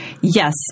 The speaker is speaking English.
Yes